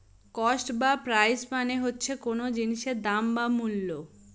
cost বা price মানে হচ্ছে কোন জিনিসের দাম বা মূল্য